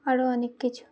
আরও অনেক কিছু